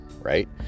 right